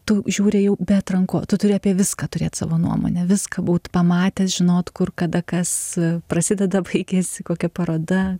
tu žiūri jau be atrankos turi apie viską turėti savo nuomonę viską būt pamatęs žinot kur kada kas prasideda baigėsi kokia paroda